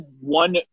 one